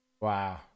Wow